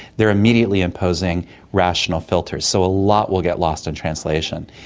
they are immediately imposing rational filters. so a lot will get lost in translation.